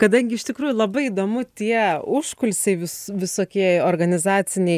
kadangi iš tikrųjų labai įdomu tie užkulisiai vis visokie organizaciniai